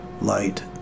light